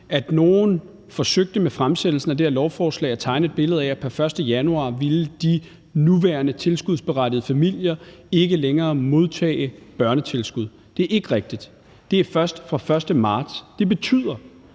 at nogen forsøgte med fremsættelsen af det her lovforslag at tegne et billede af, at pr. 1. januar ville de nuværende tilskudsberettigede familier ikke længere modtage børnetilskud. Det er ikke rigtigt; det er først fra den 1. marts. Det betyder,